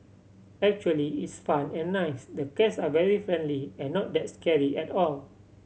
actually it's fun and nice the cats are very friendly and not that scary at all